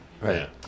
right